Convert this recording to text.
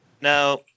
Now